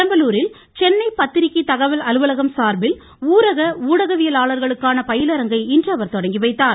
பெரம்பலூரில் சென்னை பத்திரிக்கை தகவல் அலுவலகம் சார்பில் ஊரக ஊடகவியலாளர்களுக்கான பயிலரங்கை இன்று அவர் தொடங்கி வைத்தார்